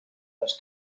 las